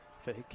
Fake